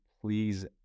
please